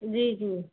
जी जी